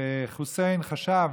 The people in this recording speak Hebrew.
וחוסיין חשב,